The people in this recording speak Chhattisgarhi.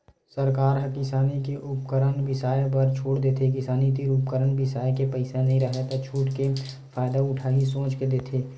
सरकार ह किसानी के उपकरन बिसाए बर छूट देथे किसान तीर उपकरन बिसाए के पइसा नइ राहय त छूट के का फायदा उठाही सोच के देथे